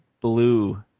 Blue